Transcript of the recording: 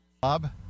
Bob